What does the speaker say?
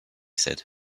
said